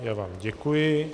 Já vám děkuji.